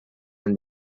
and